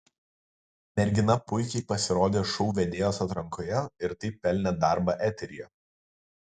mergina puikiai pasirodė šou vedėjos atrankoje ir taip pelnė darbą eteryje